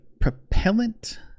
propellant